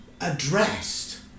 Addressed